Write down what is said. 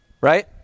right